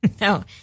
No